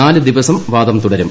നാല് ദിവസം വാദം തുടരും